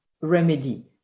remedy